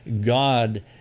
God